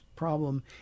problem